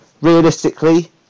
Realistically